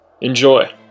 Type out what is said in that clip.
Enjoy